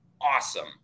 Awesome